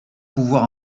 pouvoir